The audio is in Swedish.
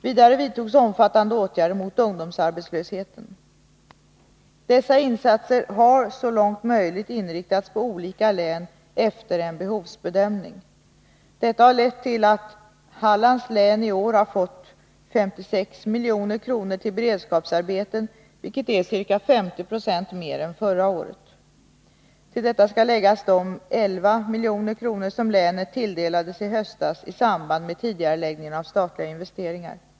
Vidare vidtogs omfattande åtgärder mot ungdomsarbetslösheten. Dessa insatser har så långt möjligt inriktats på olika län efter en behovsbedömning. Denna har lett till att Hallands län i år har fått 56 milj.kr. till beredskapsarbeten, vilket är ca 50 70 mer än förra året. Till detta skall läggas de 11 milj.kr. som länet tilldelades i höstas i samband med tidigareläggningen av statliga investeringar.